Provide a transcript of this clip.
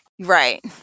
Right